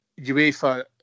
UEFA